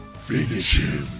finish